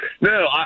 No